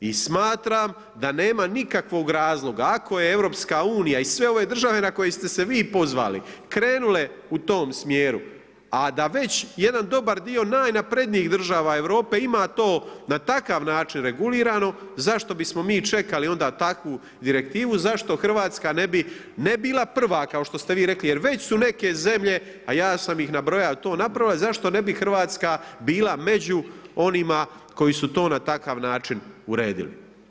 I smatram da nema nikakvog razloga, ako je EU i sve ove države na koje ste se vi pozvali, krenule u tom smjeru, a da već jedan dobar dio najnaprednijih država Europe ima to na takav način regulirano, zašto bismo mi čekali onda takvu Direktivu, zašto RH ne bi, ne bila prva, kao što ste vi rekli jer već su neke zemlje, a ja sam ih nabrojao, to napravile, zašto ne bi RH bila među onima koji su to na takav način uredili.